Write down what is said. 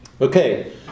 Okay